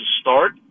start